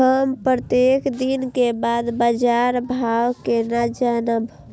हम प्रत्येक दिन के बाद बाजार भाव केना जानब?